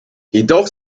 jedoch